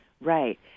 Right